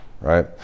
right